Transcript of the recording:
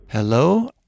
Hello